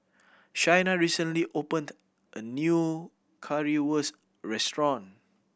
Shayna recently opened a new Currywurst restaurant